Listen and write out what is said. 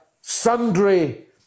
sundry